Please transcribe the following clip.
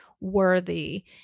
worthy